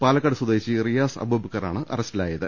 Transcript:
പാലക്കാട് സ്വദേശി റിയാസ് അബൂബക്കറാണ് അറസ്റ്റിലായത്